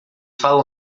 falam